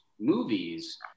movies